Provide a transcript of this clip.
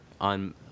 on